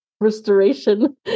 Restoration